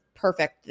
Perfect